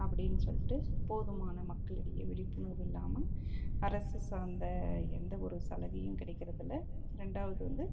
அப்படின் சொல்லிட்டு போதுமான மக்களிடையே விழிப்புணர்வு இல்லாமல் அரசு சார்ந்த எந்த ஒரு சலுகையும் கிடைக்கிறது இல்லை ரெண்டாவது வந்து